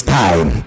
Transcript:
time